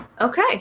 Okay